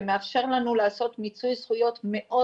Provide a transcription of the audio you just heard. שמאפשר לנו לעשות מיצוי זכויות מאוד